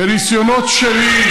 בניסיונות שלי,